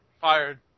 fired